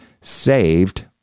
saved